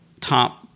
top